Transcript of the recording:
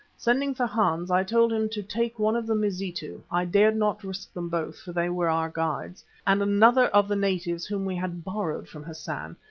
sending for hans, i told him to take one of the mazitu i dared not risk them both for they were our guides and another of the natives whom we had borrowed from hassan,